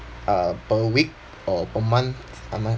uh per week or a month a month